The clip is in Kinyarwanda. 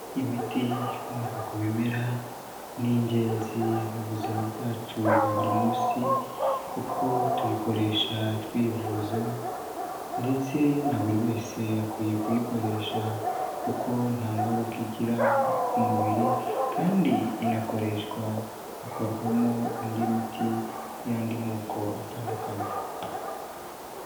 Imiti ikomoka ku bimera ni ingenzi mu buzima bwacu bwa buri munsi kuko tuyikoresha twivuza ndetse na buri wese akwiye kuyikoresha kuko nta ngaruka igira ku mubiri kandi inakoreshwa hakorwamo indi miti y'andi moko atandukanye.